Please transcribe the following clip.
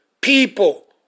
people